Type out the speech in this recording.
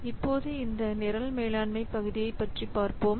இப்போது இந்த நிரல் மேலாண்மை பகுதியைப் பற்றி பார்ப்போம்